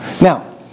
Now